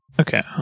Okay